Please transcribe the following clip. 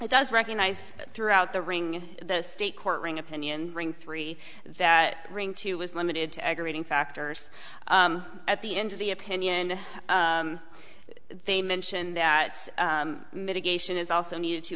it does recognize that throughout the ring the state court ring opinion ring three that ring two was limited to aggravating factors at the end of the opinion they mentioned that mitigation is also needed to